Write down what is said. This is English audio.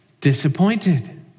disappointed